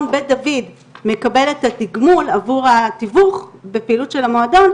בית דוד מקבל את התיגמול עבור התיווך בפעילות של המועדון,